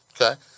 okay